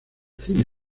cine